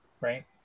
Right